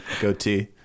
goatee